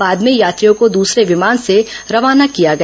बाद में यात्रियों को दूसरे विमान से रवाना किया गया